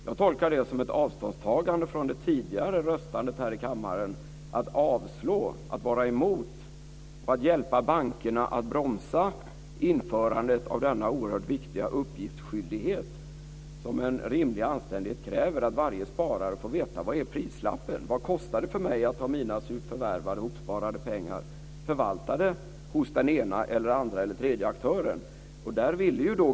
Jag tolkar det som ett avståndstagande från det tidigare röstandet här i kammaren som innebar att man var emot och att man hjälpte bankerna att bromsa införandet av den oerhört viktiga uppgiftsskyldighet som en rimlig anständighet kräver, dvs. att varje sparare får veta vad prislappen är, vad förvaltandet kostar hos den ena eller andra förvaltande aktören för en sparare med sina surt förvärvade ihopsparade pengar.